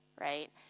right